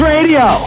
Radio